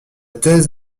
thèse